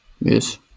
Yes